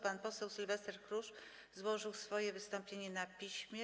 Pan poseł Sylwester Chruszcz złożył swoje wystąpienie na piśmie.